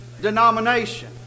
denomination